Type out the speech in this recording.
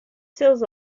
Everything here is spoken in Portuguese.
seus